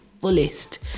fullest